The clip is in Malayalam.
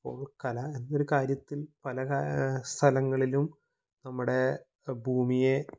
അപ്പോള് കല എന്നൊരു കാര്യത്തില് പല സ്ഥലങ്ങളിലും നമ്മുടെ ഭൂമിയെ